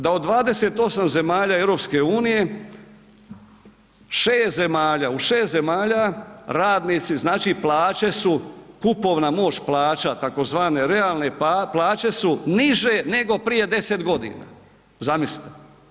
Da od 28 zemalja EU 6 zemalja, u 6 zemalja radnici znači plaće su, kupovna moć plaća tzv. realne plaće su niže nego prije 10 godina, zamislite.